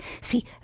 See